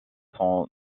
son